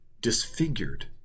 disfigured